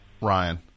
Ryan